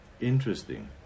Interesting